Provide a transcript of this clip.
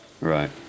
Right